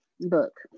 book